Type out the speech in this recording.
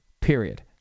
period